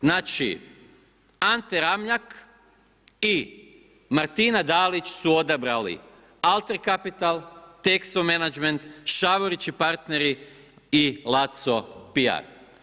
Znači Ante Ramljak i Martina Dalić su odabrali Alten Capital, Texo Management, Šavorić i partneri i Laco PR.